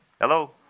Hello